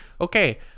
okay